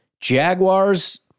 Jaguars